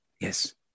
Yes